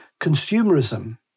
consumerism